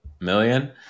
million